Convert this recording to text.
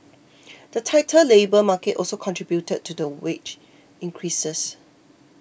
the tighter labour market also contributed to the wage increases